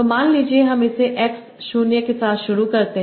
तो मान लीजिए हम इस x 0 के साथ शुरू कर रहे हैं